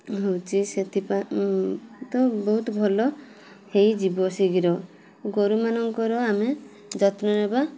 ହେଉଛି ସେଥି ତ ବହୁତ ଭଲ ହେଇଯିବ ଶୀଘ୍ର ଗୋରୁମାନଙ୍କର ଆମେ ଯତ୍ନ ନେବା